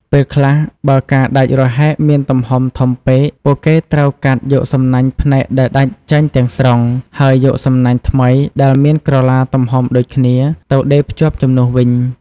ពេលខ្លះ បើការដាច់រហែកមានទំហំធំពេក ពួកគេត្រូវកាត់យកសំណាញ់ផ្នែកដែលដាច់ចេញទាំងស្រុង ហើយយកសំណាញ់ថ្មីដែលមានក្រឡាទំហំដូចគ្នាទៅដេរភ្ជាប់ជំនួសវិញ។